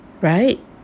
right